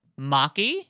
Maki